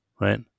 right